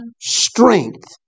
strength